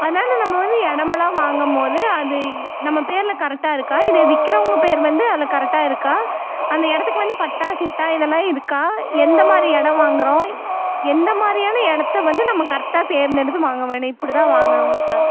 அதனால நம்ம வந்து இடம் எல்லாம் வாங்க போது அது நம்ம பேரில் கரெக்டாக இருக்கா இதை விற்கிறவுங்க பேரு வந்து அதில் கரெக்டா இருக்கா அந்த இடத்துக்கு வந்து பட்டா சிட்டா இதெல்லாம் இருக்கா எந்த மாதிரி இடம் வாங்குகிறோம் எந்த மாதிரியான இடத்த வந்து நம்ம கரெக்டாக தேர்ந்தெடுத்து வாங்க வேணும் இப்படி தான் வாங்கணும் உங்களுக்காக